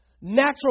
natural